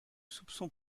soupçons